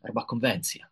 arba konvenciją